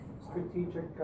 strategic